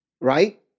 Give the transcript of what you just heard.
right